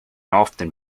often